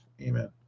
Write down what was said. Amen